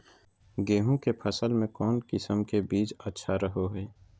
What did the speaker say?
गेहूँ के फसल में कौन किसम के बीज अच्छा रहो हय?